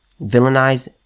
Villainize